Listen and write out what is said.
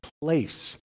place